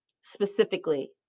specifically